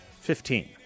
Fifteen